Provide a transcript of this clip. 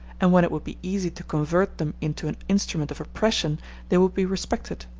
and when it would be easy to convert them into an instrument of oppression they would be respected.